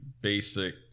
basic